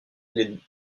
les